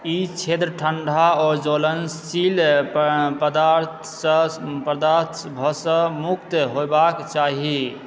ई क्षेत्र ठण्डा ओ ज्वलनशील पदार्थ सबसँ मुक्त होयबाक चाही